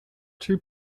two